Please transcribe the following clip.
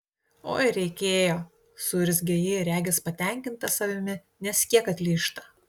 oi reikėjo suurzgia ji regis patenkinta savimi nes kiek atlyžta